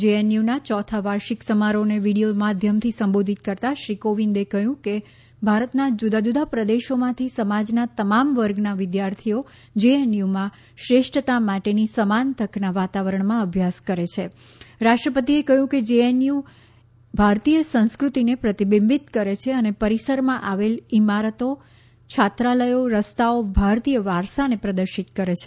જેએનયુના ચોથી વાર્ષિક સમારોહને વિડિયો માધ્યમથી સંબોધિત કરતાં શ્રી કોવિંદે કહ્યું કે ભારતના જુદા જુદા પ્રદેશોમાંથી સમાજના તમામ વર્ગના વિદ્યાર્થીઓ જેએનયુમાં શ્રેષ્ઠતા માટેની સમાન તકના વાતાવરણમાં અભ્યાસ કરે છે રાષ્ટ્રપતિએ કહ્યું કે જેએનયુ ભારતીય સંસ્કૃતિને પ્રતિબિંબિત કરે છે અને પરિસરમાં આવેલ ઇમારતો છાત્રાલયો રસ્તાઓ ભારતીય વારસાને પ્રદર્શિત કરે છે